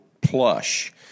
plush